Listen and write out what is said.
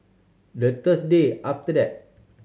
the Thursday after that